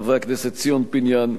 חברי הכנסת ציון פיניאן,